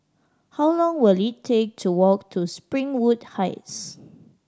how long will it take to walk to Springwood Heights